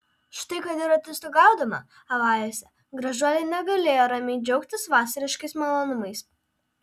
štai kad ir atostogaudama havajuose gražuolė negalėjo ramiai džiaugtis vasariškais malonumais